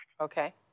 Okay